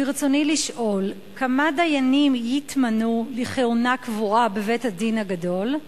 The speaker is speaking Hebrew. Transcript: ברצוני לשאול: 1. כמה דיינים יתמנו לכהונה קבועה בבית-הדין הגדול?